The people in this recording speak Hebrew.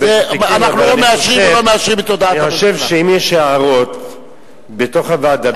אבל אני חושב שאם יש הערות בתוך הוועדה,